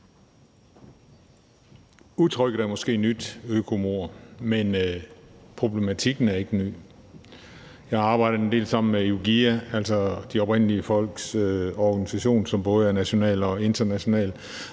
Udtrykket er måske nyt – økomord – men problematikken er ikke ny. Jeg har arbejdet en del sammen med IWGIA, altså de oprindelige folks organisation, som både er national og international,